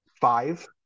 five